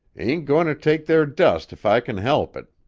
ain't goin' to take their dust if i kin help it.